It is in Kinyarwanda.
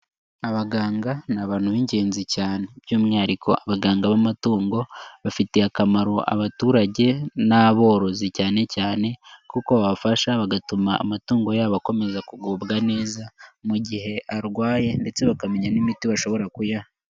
Abaganga ni abantu b'ingenzi cyane, by'umwihariko abaganga b'amatungo bafitiye akamaro abaturage n'aborozi cyane cyane kuko babafasha, bagatuma amatungo yabo akomeza kugubwa neza mu gihe arwaye ndetse bakamenya n'imiti bashobora kuyaha.